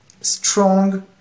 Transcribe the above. strong